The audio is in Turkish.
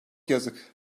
yazık